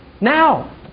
Now